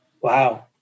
Wow